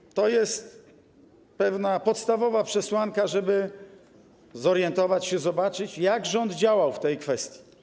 I to jest pewna, podstawowa przesłanka do tego, żeby zorientować się, zobaczyć, jak rząd działa w tej kwestii.